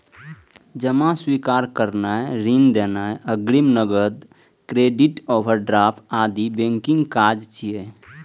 जमा स्वीकार करनाय, ऋण देनाय, अग्रिम, नकद, क्रेडिट, ओवरड्राफ्ट आदि बैंकक काज छियै